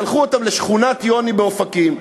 ששלחו אותם לשכונת יוני באופקים,